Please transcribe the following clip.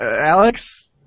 Alex